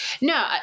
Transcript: No